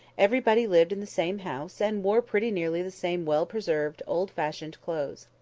everybody lived in the same house, and wore pretty nearly the same well-preserved, old-fashioned clothes.